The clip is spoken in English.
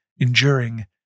enduring